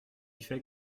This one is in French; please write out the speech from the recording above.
fait